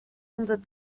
unser